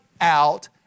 out